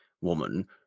woman